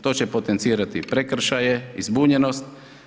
To će potencirati prekršaje i zbunjenost.